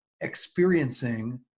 experiencing